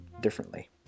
differently